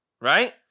Right